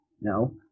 No